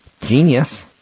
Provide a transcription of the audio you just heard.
Genius